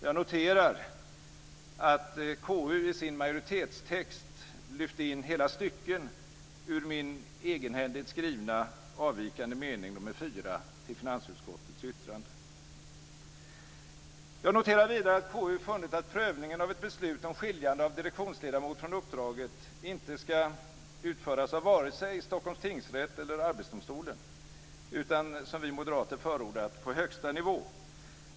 Jag noterar att KU i sin majoritetstext har lyft in hela stycken ur min egenhändigt skrivna avvikande mening nr 4 till finansutskottets yttrande. Jag noterar vidare att KU funnit att prövningen av ett beslut om skiljande av direktionsledamot från uppdraget inte skall utföras av vare sig Stockholms tingsrätt eller Arbetsdomstolen utan, som vi moderater förordat, på högsta nivå.